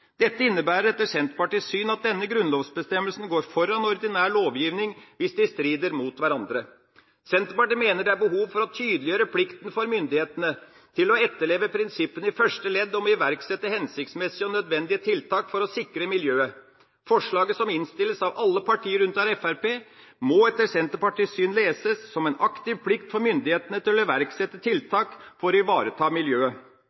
Dette innebærer etter Senterpartiets syn at denne grunnlovsbestemmelsen går foran ordinær lovgivning hvis de strider mot hverandre. Senterpartiet mener det er behov for å tydeliggjøre plikten for myndighetene til å etterleve prinsippene i første ledd om å iverksette hensiktsmessige og nødvendige tiltak for å sikre miljøet. Forslaget som innstilles av alle partier unntatt Fremskrittspartiet, må etter Senterpartiets syn leses som en aktiv plikt for myndighetene til å iverksette tiltak for å ivareta miljøet.